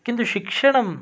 किन्तु शिक्षणं